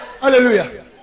Hallelujah